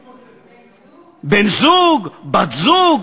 בן-זוג, בת-זוג.